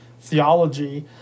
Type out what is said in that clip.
theology